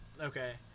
Okay